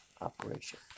Operation